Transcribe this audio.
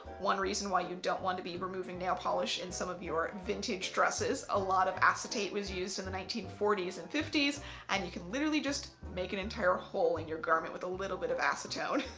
one reason why you don't want to be removing nail polish in some of your vintage dresses, a lot of acetate was used in the nineteen forty s and fifty s and you can literally just make an entire hole in your garment with a little bit of acetone.